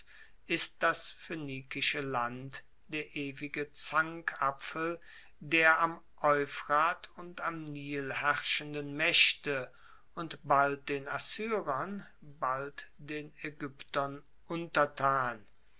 ist das phoenikische land der ewige zankapfel der am euphrat und am nil herrschenden maechte und bald den assyrern bald den aegyptern untertan